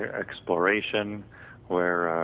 exploration where